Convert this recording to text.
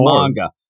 manga